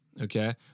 okay